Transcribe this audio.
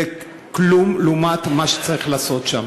זה כלום לעומת מה שצריך לעשות שם.